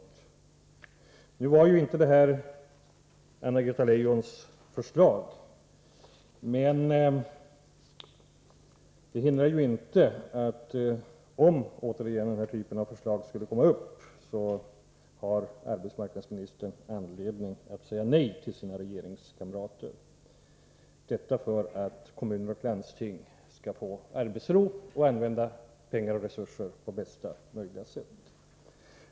Det här var ju inte Anna-Greta Leijons förslag, men det hindrar inte att arbetsmarknadsministern, om denna typ av förslag återigen skulle komma upp, har anledning att säga nej till sina regeringskamrater. Detta för att kommuner och landsting skall få arbetsro och använda pengar och resurser på bästa möjliga sätt.